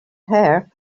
hair